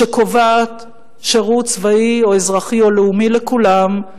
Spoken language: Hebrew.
שקובעת שירות צבאי או אזרחי או לאומי לכולם,